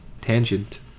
Tangent